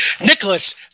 Nicholas